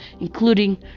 including